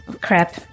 Crap